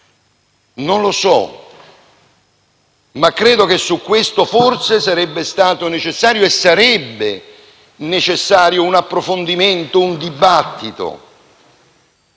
Non lo so. Ma credo che su questo aspetto, forse, sarebbe stato necessario - e sarebbe necessario - un approfondimento, un dibattito